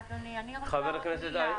אדוני, אני רוצה עוד מילה.